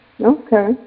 Okay